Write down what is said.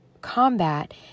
combat